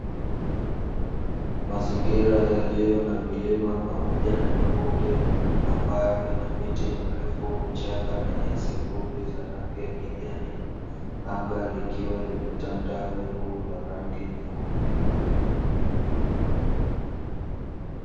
Mazingira yaliyo na vilima pamoja na mabonde, ambayo Ina miti mirefu, nyasi fupi pamoja na vichaka vyenye rangi ya kijani. Anga likiwa limetanda wingu la rangi nyeupe.